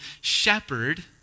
shepherd